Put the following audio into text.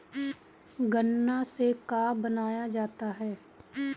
गान्ना से का बनाया जाता है?